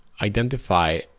identify